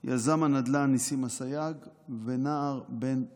יזם הנדל"ן ניסים אסייג ונער בן 15,